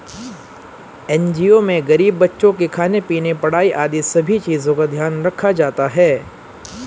NGO में गरीब बच्चों के खाने पीने, पढ़ाई आदि सभी चीजों का ध्यान रखा जाता है